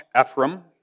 Ephraim